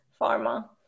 Pharma